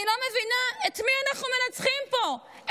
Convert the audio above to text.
אני לא מבינה את מי אנחנו מנצחים פה,